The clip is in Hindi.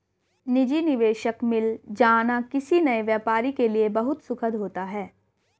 निजी निवेशक मिल जाना किसी नए व्यापारी के लिए बहुत सुखद होता है